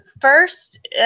first